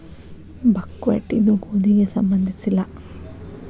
buckwheat ಇದು ಗೋಧಿಗೆ ಸಂಬಂಧಿಸಿಲ್ಲ